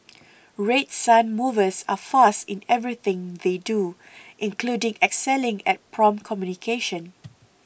Red Sun Movers are fast in everything they do including excelling at prompt communication